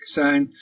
zijn